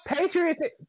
Patriots